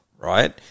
right